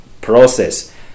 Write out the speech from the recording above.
process